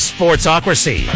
Sportsocracy